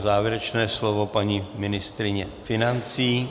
Závěrečné slovo paní ministryně financí.